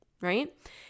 Right